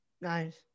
Nice